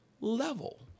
level